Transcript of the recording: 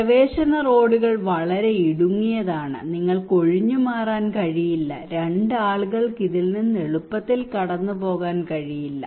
പ്രവേശന റോഡുകൾ വളരെ ഇടുങ്ങിയതാണ് നിങ്ങൾക്ക് ഒഴിഞ്ഞുമാറാൻ കഴിയില്ല രണ്ട് ആളുകൾക്ക് ഇതിൽ നിന്ന് എളുപ്പത്തിൽ കടന്നുപോകാൻ കഴിയില്ല